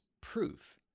proof